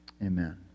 Amen